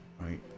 right